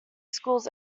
schools